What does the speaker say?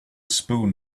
spoon